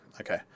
Okay